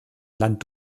land